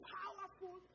powerful